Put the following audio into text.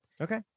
okay